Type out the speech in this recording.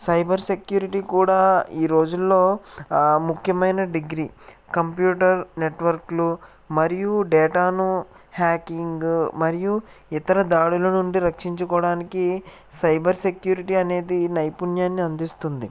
cyber security కూడా ఈ రోజుల్లో ముఖ్యమైన డిగ్రీ కంప్యూటర్ నెట్వర్క్లు మరియు డేటాను హ్యాకింగ్ మరియు ఇతర దాడులు నుండి రక్షించుకోవడానికి సైబర్ సెక్యూరిటీ అనేది నైపుణ్యాన్ని అందిస్తుంది